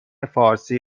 فارسی